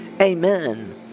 Amen